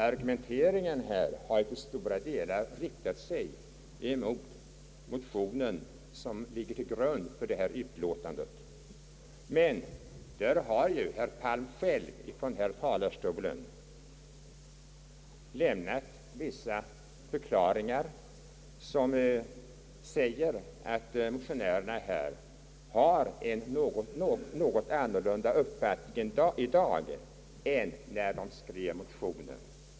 Argumenteringen hittills har dock till stora delar riktat sig emot den motion som ligger till grund för utlåtan det, men herr Palm har ju själv här från talarstolen förklarat att motionärerna har en något annorlunda uppfattning i dag än när de skrev motionen.